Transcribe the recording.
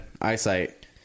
eyesight